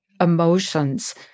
emotions